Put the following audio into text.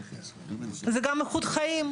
זה גם איכות חיים.